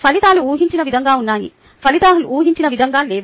ఫలితాలు ఊహించిన విధంగా ఉన్నాయి ఫలితాలు ఊహించిన విధంగా లేవు